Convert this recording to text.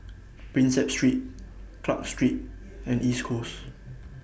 Prinsep Street Clarke Street and East Coast